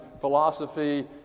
philosophy